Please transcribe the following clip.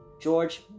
george